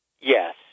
Yes